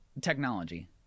technology